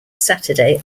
saturday